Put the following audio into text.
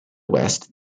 west